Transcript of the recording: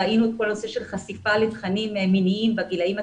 ראינו את כל הנושא של חשיפה לתכנים מיניים בגילים הצעירים,